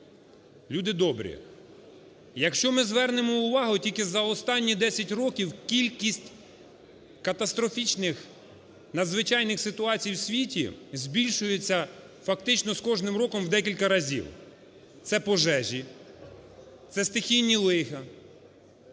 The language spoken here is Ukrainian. Люди добрі, якщо ми звернемо увагу, тільки за останні 10 років кількість катастрофічних надзвичайних ситуацій в світі збільшується фактично з кожним роком в декілька разів. Це пожежі, це стихійні лиха,